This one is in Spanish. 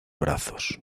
brazos